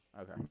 Okay